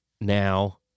now